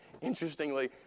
interestingly